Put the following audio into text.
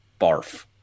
barf